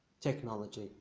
technology